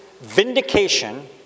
vindication